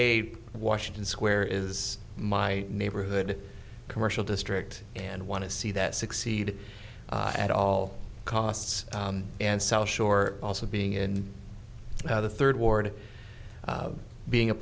a washington square is my neighborhood commercial district and want to see that succeed at all costs and south shore also being in the third ward being a